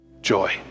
Joy